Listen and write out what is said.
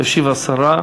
תשיב השרה.